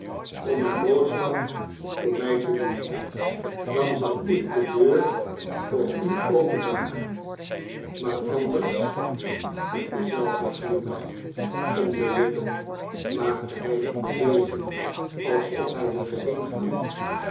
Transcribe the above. om een boodschap voor mij te doen dan zal ik de deur voor u openmaken maar anders met denzelfden glimlac h om de lippen maakte hij een beweging alsof hij wilde heengaan